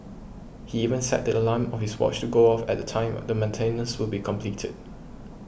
he even set the alarm of his watch to go off at the time the maintenance would be completed